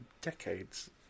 decades